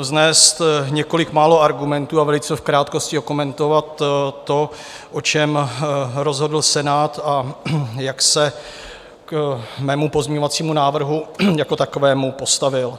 vznést několik málo argumentů a velice v krátkosti okomentovat to, o čem rozhodl Senát a jak se k mému pozměňovacímu návrhu jako takovému postavil.